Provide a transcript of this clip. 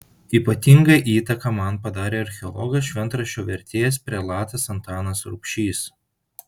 ypatingą įtaką man padarė archeologas šventraščio vertėjas prelatas antanas rubšys